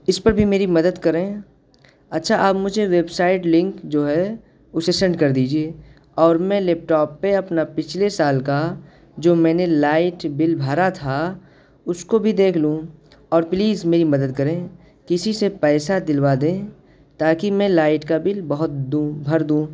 اس پر بھی میری مدد کریں اچھا آپ مجھے ویب سائٹ لنک جو ہے اسے سینڈ کر دیجیے اور میں لیپ ٹاپ پہ اپنا پچھلے سال کا جو میں نے لائٹ بل بھرا تھا اس کو بھی دیکھ لوں اور پلیز میری مدد کریں کسی سے پیسہ دلوا دیں تاکہ میں لائٹ کا بل بہت دوں بھر دوں